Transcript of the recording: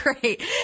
great